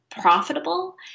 profitable